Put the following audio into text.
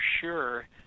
sure